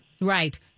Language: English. Right